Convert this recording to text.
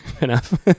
enough